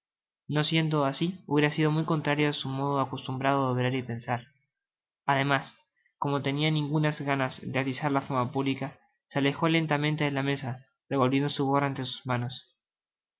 no siendo asi hubiera sido muy contrario á su modo acostumbrado de obrar y de pensar además como no tenia ningunas ganas de atizar la fama publica se alejo lentamente de la mesa revolviendo su gorra entre sus manos